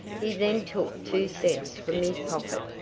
he then took two cents from his pocket,